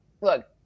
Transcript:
look